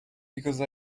because